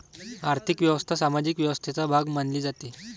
आर्थिक व्यवस्था सामाजिक व्यवस्थेचा भाग मानली जाते